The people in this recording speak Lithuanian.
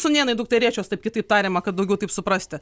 sūnėnai dukterėčios taip kitaip tariama kad daugiau taip suprasti